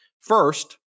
first